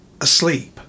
asleep